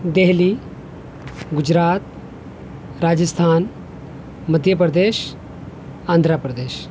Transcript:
Delhi Gujarat Rajasthan Madhya Pradesh Andhra Pradesh